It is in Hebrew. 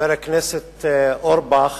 חבר הכנסת אורבך,